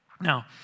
Now